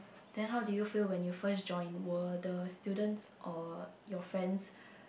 then how do you feel when you first join were the students or your friends